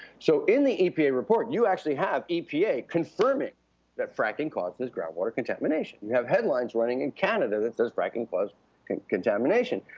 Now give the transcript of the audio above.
so in the epa report you actually have epa confirming that fracking causes groundwater contamination. you have headlines running in canada that says fracking caused contamination.